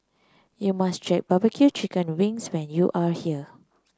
you must try barbecue Chicken Wings when you are here